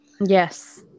yes